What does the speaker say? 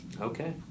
Okay